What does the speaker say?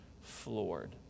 floored